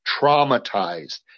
traumatized